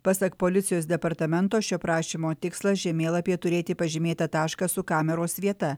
pasak policijos departamento šio prašymo tikslas žemėlapyje turėti pažymėtą tašką su kameros vieta